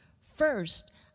First